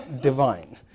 divine